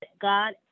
God